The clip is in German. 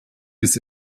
bis